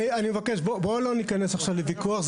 אני מבקש: בואו לא ניכנס עכשיו לוויכוח;